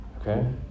Okay